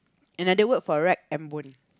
another word for rag and bone